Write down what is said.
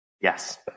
yes